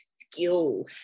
skill